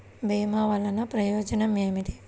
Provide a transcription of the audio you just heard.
భీమ వల్లన ప్రయోజనం ఏమిటి?